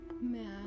man